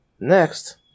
Next